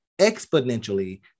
exponentially